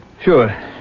sure